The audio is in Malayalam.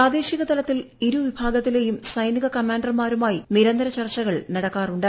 പ്രാദേശികതലത്തിൽ ഇരുവിഭാഗത്തിലെയും സൈനിക കമാൻഡർമാരുമായി നിരന്തര ചർച്ചകൾ നടക്കാറുണ്ട്